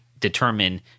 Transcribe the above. determine